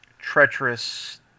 treacherous